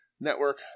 Network